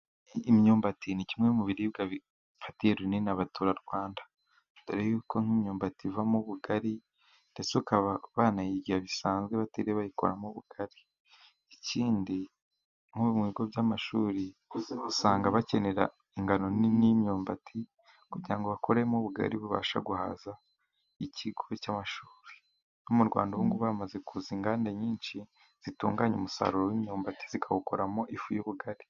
Imyumbati ni kimwe mu biribwa bifatiye runini abatura Rwanda, mbere y'uko nk'imyumbati ivamo ubugari ndetse bakaba banayirya bisanzwe, batari bayikoramo ubugari ikindi nko mu bigo by'amashuri, usanga bakenera ingano nini y'imyumbati, kugira ngo bakoremo ubugari bubasha guhaza ikigo cy'amashuri, no mu Rwanda ubu ngubu hamaze kuza inganda nyinshi, zitunganya umusaruro w'imyumbati, zikawukoramo ifu y'ubugari.